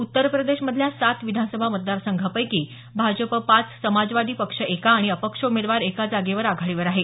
उत्तर प्रदेशमधल्या सात विधानसभा मतदारसंघापैकी भाजप पाच तर समाजवादी पक्ष एका आणि अपक्ष उमेदवार एका जागेवर आघाडीवर आहे